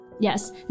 Yes